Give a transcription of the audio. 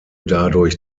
dadurch